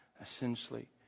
essentially